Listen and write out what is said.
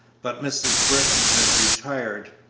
but mrs. britton has retired.